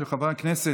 של חברי הכנסת